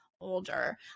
older